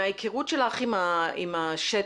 מההיכרות שלך עם השטח,